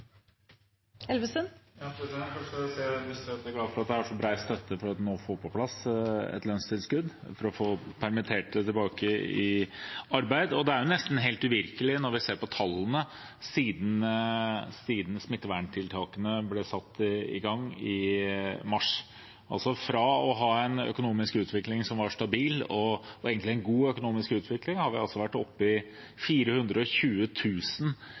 glad for at det er så bred støtte til at vi nå får på plass et lønnstilskudd for å få permitterte tilbake i arbeid. Det er nesten helt uvirkelig når vi ser på tallene siden smitteverntiltakene ble satt i gang i mars. Fra å ha en økonomisk utvikling som var stabil og egentlig en god økonomisk utvikling, har vi vært oppe i